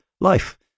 life